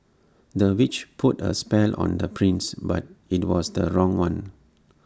the witch put A spell on the prince but IT was the wrong one